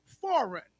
foreign